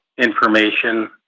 information